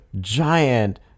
giant